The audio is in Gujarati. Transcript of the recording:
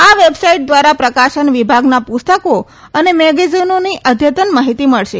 આ વેબસાઇટ દ્વારા પ્રકાશન વિભાગના પુસ્તકો અને મેગેઝીનોની અઘતન માહિતી મળશે